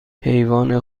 حیوان